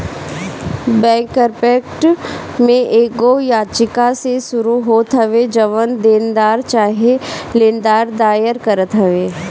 bankrupt में एगो याचिका से शुरू होत हवे जवन देनदार चाहे लेनदार दायर करत हवे